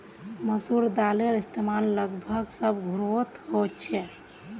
मसूर दालेर इस्तेमाल लगभग सब घोरोत होछे